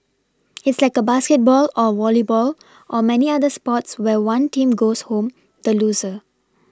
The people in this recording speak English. it's like a basketball or volleyball or many other sports where one team goes home the loser